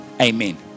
Amen